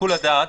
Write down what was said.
שיקול הדעת,